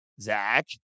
Zach